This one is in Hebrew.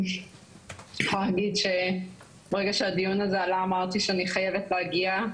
אני יכולה להגיד שברגע שהדיון הזה עלה אמרתי שאני חייבת להגיע.